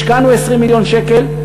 השקענו 20 מיליון שקל,